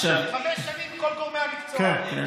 חמש שנים, כל גורמי המקצוע, כן, כן.